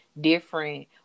different